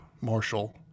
Marshall